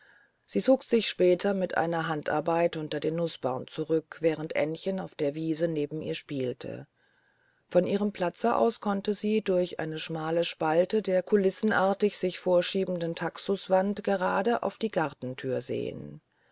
sie zog sich später mit einer handarbeit unter den nußbaum zurück während aennchen auf der wiese neben ihr spielte von ihrem platze aus konnte sie durch eine schmale spalte der kulissenartig sich vorschiebenden taxuswände gerade auf die gartenthür sehen